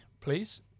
please